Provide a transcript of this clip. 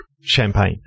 champagne